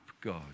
God